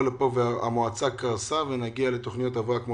לפה והמועצה קרסה ונגיע לתכניות הבראה.